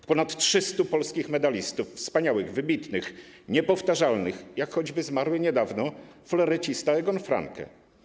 To ponad 300 polskich medalistów, wspaniałych, wybitnych, niepowtarzalnych, jak choćby zmarły niedawno florecista Egon Franke.